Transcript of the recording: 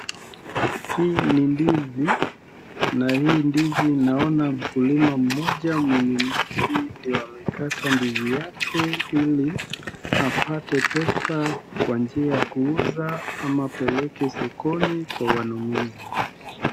Hii ni ndizi, na hii ndizi naona mkulima mmoja mwenye ndizi ndiye amekata ndizi yake ili, apate pesa kwa njia ya kuuza ama apeleke sokoni kwa wanunuzi.